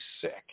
sick